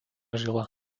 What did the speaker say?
žila